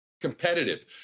competitive